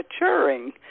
maturing